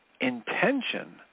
Intention